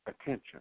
attention